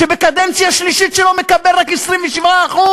שבקדנציה השלישית שלו מקבל רק 27%?